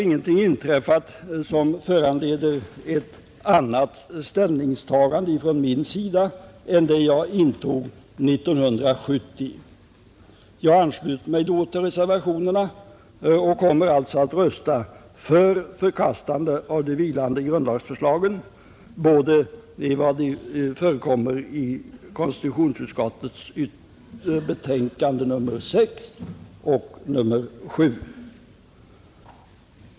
Ingenting som föranleder ett annat ställningstagande från min sida än det jag intog 1970 har inträffat. Jag anslöt mig då till reservationerna och kommer alltså att rösta för förkastande av de vilande grundlagsförslagen såväl i konstitutionsutskottets betänkande nr 6 som i nr 7. Herr talman!